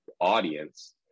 audience